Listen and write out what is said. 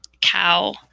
cow